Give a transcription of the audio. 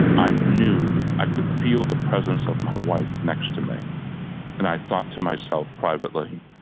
i knew, i could feel the presence of my wife next to me and i thought to myself privately,